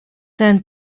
den